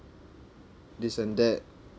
this and that